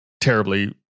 terribly